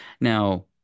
now